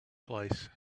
place